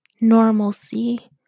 normalcy